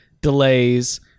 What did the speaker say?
delays